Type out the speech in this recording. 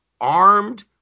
armed